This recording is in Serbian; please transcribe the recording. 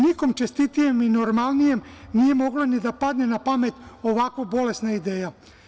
Nikom čestitijem i normalnijem nije moglo ni da padne na pamet ovako bolesna ideja.